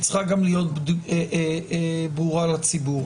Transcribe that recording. היא צריכה להיות גם ברורה לציבור.